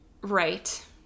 Right